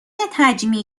تجمیع